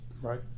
right